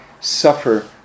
suffer